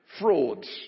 Frauds